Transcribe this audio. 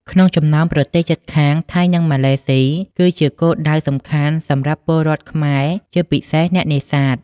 ក្នុងចំណោមប្រទេសជិតខាង ថៃ និងម៉ាឡេស៊ី គឺជាគោលដៅសំខាន់សម្រាប់ពលរដ្ឋខ្មែរ ជាពិសេសអ្នកនេសាទ។